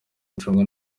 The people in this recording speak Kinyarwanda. gucunga